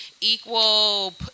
equal